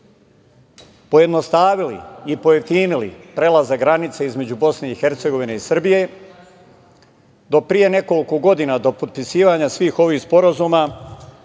pojednostavili i pojeftinili prelazak granice između BiH i Srbije. Do pre nekoliko godina, do potpisivanja svih ovih sporazuma,